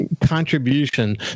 contribution